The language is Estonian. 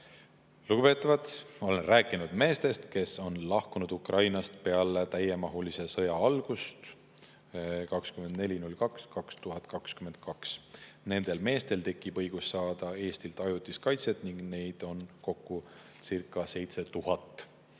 Lugupeetavad, ma olen rääkinud meestest, kes on lahkunud Ukrainast peale täiemahulise sõja algust 24.02.2022. Nendel meestel tekib õigus saada Eestilt ajutist kaitset ning neid, kes lõpuks